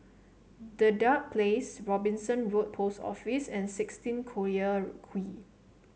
Dedap Place Robinson Road Post Office and sixteen Collyer Quay